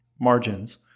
margins